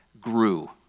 grew